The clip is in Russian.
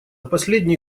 последний